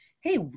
hey